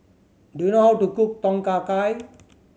do you know how to cook Tom Kha Gai